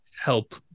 help